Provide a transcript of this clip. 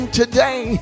today